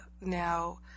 now